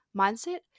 mindset